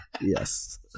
Yes